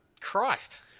Christ